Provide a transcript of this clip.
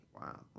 Wow